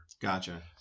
Gotcha